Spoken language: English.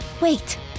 Wait